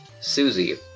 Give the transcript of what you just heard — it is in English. Susie